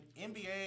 NBA